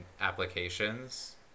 applications